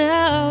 Now